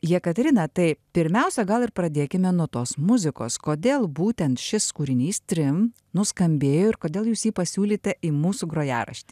jekaterina tai pirmiausia gal ir pradėkime nuo tos muzikos kodėl būtent šis kūrinys trim nuskambėjo ir kodėl jūs jį pasiūlėte į mūsų grojaraštį